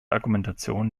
argumentation